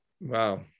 Wow